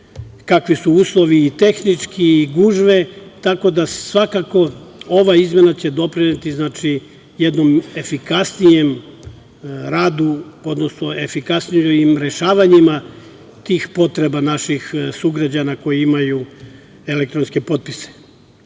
kakvi su uslovi i tehnički i gužve, tako da, ova izmena će doprineti jednom efikasnijem radu, odnosno efikasnijim rešavanjima tih potreba naših sugrađana koji imaju elektronske potpise. Svakako,